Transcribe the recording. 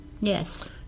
Yes